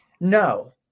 No